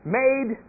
made